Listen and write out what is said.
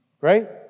Right